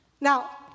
Now